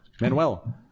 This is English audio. Manuel